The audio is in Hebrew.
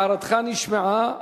הערתך נשמעה,